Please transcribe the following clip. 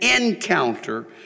encounter